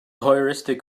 heuristic